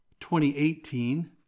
2018